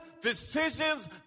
decisions